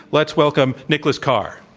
let's welcome nicholas carr.